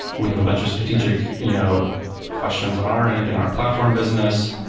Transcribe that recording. we have a bunch of strategic you know questions on our end and our platform business,